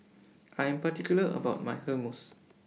I Am particular about My Hummus